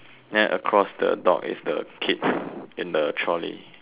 then across the dog is the kid in the trolley